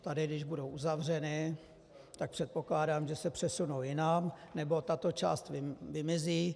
Tady když budou uzavřeny, tak předpokládám, že se přesunou jinam nebo tato část vymizí.